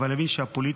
אבל יבין שהפוליטיקה